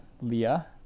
Leah